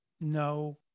No